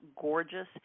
gorgeous